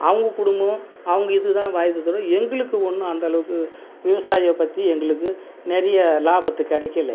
அவங்க குடும்பம் அவங்க இது தான் வாழுதே தவிர எங்களுக்கு ஒன்றும் அந்தளவுக்கு விவசாயியை பற்றி எங்களுக்கு நிறைய லாபத்து கிடைக்கல